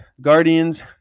guardians